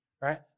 right